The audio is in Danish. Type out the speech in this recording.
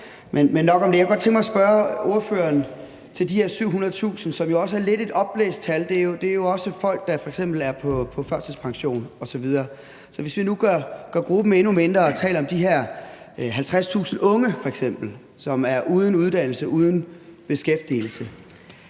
mig at spørge ordføreren om de her 700.000, som også er lidt et opblæst tal, det er jo også folk, der f.eks. er på førtidspension osv. Så hvis vi nu gør gruppen endnu mindre og f.eks. taler om de her 50.000 unge, som er uden uddannelse, uden beskæftigelse